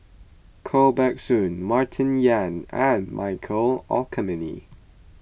Koh Buck Song Martin Yan and Michael Olcomendy